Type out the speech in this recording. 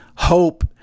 hope